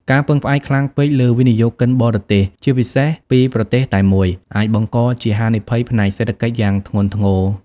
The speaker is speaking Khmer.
ការពឹងផ្អែកខ្លាំងពេកលើវិនិយោគិនបរទេស ជាពិសេសពីប្រទេសតែមួយ អាចបង្កជាហានិភ័យផ្នែកសេដ្ឋកិច្ចយ៉ាងធ្ងន់ធ្ងរ។